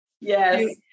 Yes